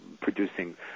producing